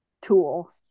tool